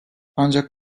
ancak